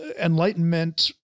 enlightenment